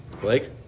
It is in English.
Blake